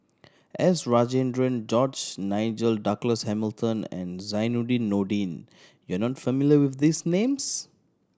S Rajendran George Nigel Douglas Hamilton and Zainudin Nordin you are not familiar with these names